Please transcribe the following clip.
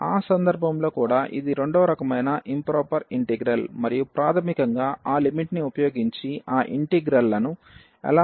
కాబట్టి ఆ సందర్భంలో కూడా ఇది రెండవ రకమైన ఇంప్రొపర్ ఇంటిగ్రల్ మరియు ప్రాథమికంగా ఆ లిమిట్ ని ఉపయోగించి ఆ ఇంటిగ్రల్లను ఎలా అంచనా వేయాలో చూశాము